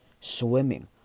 swimming